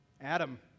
Adam